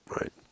right